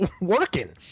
working